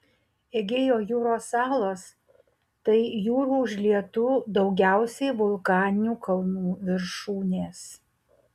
egėjo jūros salos tai jūrų užlietų daugiausiai vulkaninių kalnų viršūnės